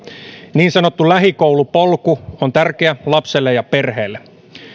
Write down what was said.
niin sanottu lähikoulupolku on tärkeä lapselle ja perheelle